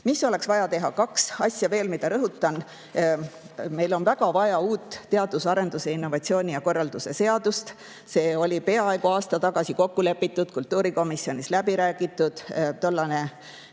Mis oleks vaja teha? Kaks asja veel, mida rõhutan. Meil on väga vaja uut teadus‑ ja arendustegevuse ning innovatsiooni korralduse seadust. See oli peaaegu aasta tagasi kokku lepitud, kultuurikomisjonis läbi räägitud. Tollane